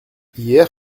hier